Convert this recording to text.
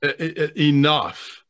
Enough